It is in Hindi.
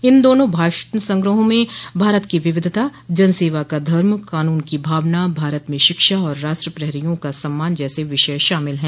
इन दोनों भाषण संग्रहों में भारत की विविधता जन सेवा का धर्म कानून की भावना भारत में शिक्षा और राष्ट्र प्रहरियों को सम्मान जैसे विषय शामिल है